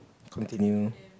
continue